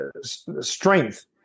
Strength